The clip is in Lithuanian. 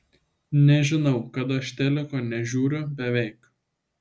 nežinau kad aš teliko nežiūriu beveik